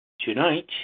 Tonight